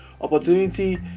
opportunity